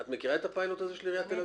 את מכירה את הפיילוט הזה של עיריית תל אביב?